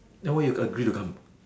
ya then why you agree to come